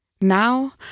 Now